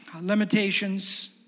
Limitations